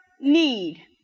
need